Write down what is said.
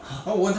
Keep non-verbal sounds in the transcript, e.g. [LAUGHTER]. [BREATH]